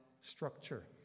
structure